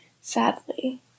sadly